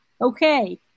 Okay